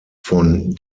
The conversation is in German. von